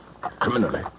criminally